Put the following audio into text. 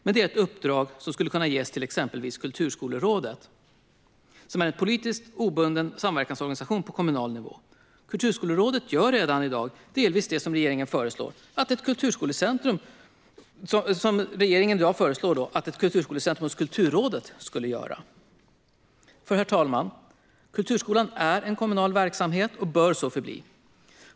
Men det är ett uppdrag som skulle kunna ges till exempelvis Kulturskolerådet, som är en politiskt obunden samverkansorganisation på kommunal nivå. Kulturskolerådet gör redan i dag delvis det som regeringen föreslår att ett kulturskolecentrum hos Kulturrådet skulle göra. Herr talman! Kulturskolan är en kommunal verksamhet och bör så förbli.